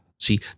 See